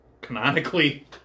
canonically